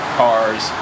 cars